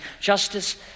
justice